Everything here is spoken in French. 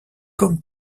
comme